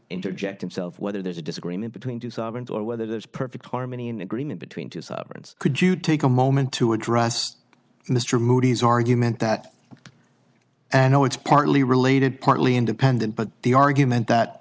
interject himself whether there's a disagreement between two sovereigns or whether there's perfect harmony and agreement between two sovereigns could you take a moment to address mr moody's argument that and oh it's partly related partly independent but the argument that